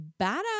badass